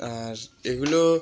আর এগুলো